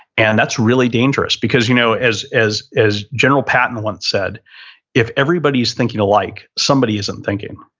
and that's really dangerous, because you know as as as general patton once said if everybody's thinking alike, somebody isn't thinking.